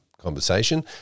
conversation